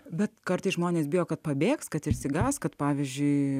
bet kartais žmonės bijo kad pabėgs kad išsigąs kad pavyzdžiui